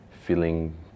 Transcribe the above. feeling